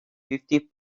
fifty